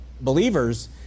believers